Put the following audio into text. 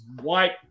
white